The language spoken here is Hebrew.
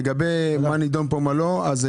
לגבי מה נידון פה ומה לא, אני